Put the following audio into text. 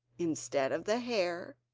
instead of the hare,